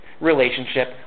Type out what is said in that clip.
relationship